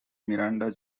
miranda